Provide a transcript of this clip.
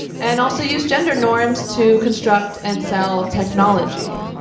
and also use gender norms to construct and sell technology.